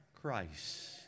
Christ